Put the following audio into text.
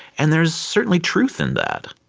and there's certainly truth in that.